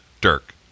Dirk